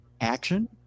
Action